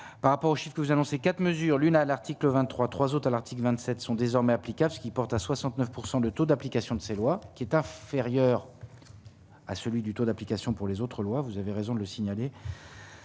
par rapport au chiffre que vous annoncé 4 mesures : l'une à l'article 23 août à l'article 27 sont désormais applicables, ce qui porte à 69 pourcent de taux d'application de ces lois qui est inférieur. à celui du taux d'application pour les autres lois vous avez raison de le signaler.